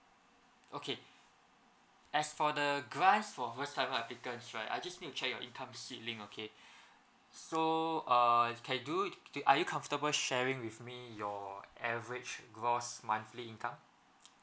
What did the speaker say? okay as for the grants for first timer applicants right I just need to check your income ceiling okay so err can do are you comfortable sharing with me your average gross monthly income